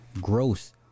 gross